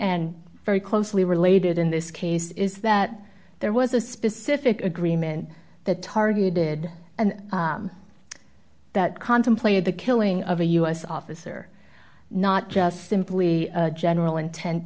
and very closely related in this case is that there was a specific agreement that targeted and that contemplated the killing of a u s officer not just simply a general intend